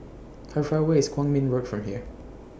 How Far away IS Kwong Min Road from here